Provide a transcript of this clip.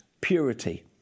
purity